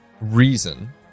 reason